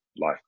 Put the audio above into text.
life